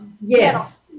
Yes